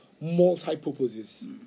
multi-purposes